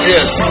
Yes